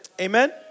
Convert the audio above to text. Amen